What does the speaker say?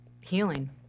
healing